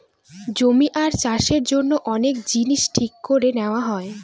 জমি আর চাষের জন্য অনেক জিনিস ঠিক করে নেওয়া হয়